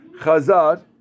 Chazad